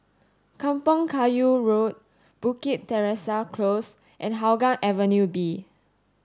Kampong Kayu Road Bukit Teresa Close and Hougang Avenue B